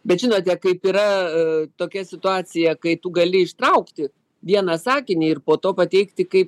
bet žinote kaip yra tokia situacija kai tu gali ištraukti vieną sakinį ir po to pateikti kaip